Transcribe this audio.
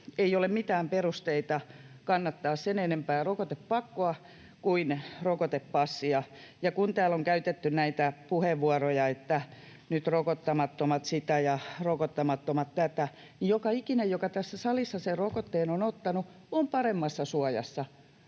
ei ole mitään perusteita kannattaa sen enempää rokotepakkoa kuin rokotepassia. Ja kun täällä on käytetty näitä puheenvuoroja, että nyt rokottamattomat sitä ja rokottamattomat tätä, niin joka ikinen, joka tässä salissa sen rokotteen on ottanut, on paremmassa suojassa